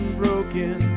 broken